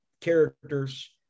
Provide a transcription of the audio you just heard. characters